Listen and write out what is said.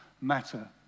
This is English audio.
matter